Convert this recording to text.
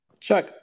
Chuck